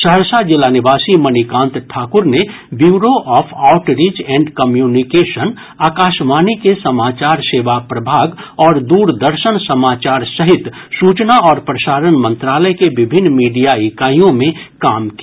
सहरसा जिला निवासी मणिकांत ठाक्र ने bureau of outreach and communication Akashvani के समाचार सेवा प्रभाग और द्रदर्शन समाचार सहित सूचना और प्रसारण मंत्रालय के विभिन्न मीडिया इकाईयों में काम किया